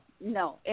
no